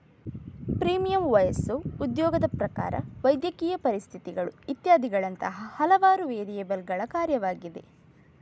premium ವಯಸ್ಸು, ಉದ್ಯೋಗದ ಪ್ರಕಾರ, ವೈದ್ಯಕೀಯ ಪರಿಸ್ಥಿತಿಗಳು ಇತ್ಯಾದಿಗಳಂತಹ ಹಲವಾರು ವೇರಿಯಬಲ್ಲುಗಳ ಕಾರ್ಯವಾಗಿದೆ